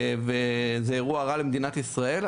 וזה אירוע רע למדינת ישראל,